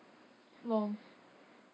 !wow!